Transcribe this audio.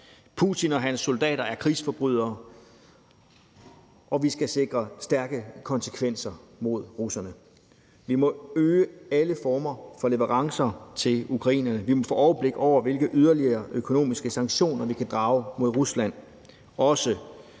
Putin og hans soldater er krigsforbrydere, og vi skal sikre stærke konsekvenser mod russerne. Vi må øge alle former for leverancer til ukrainerne, og vi må få overblik over, hvilke yderligere økonomiske sanktioner vi kan iværksætte mod Rusland,